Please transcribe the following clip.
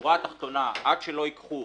בשורה התחתונה: עד שלא ייקחו